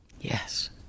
Yes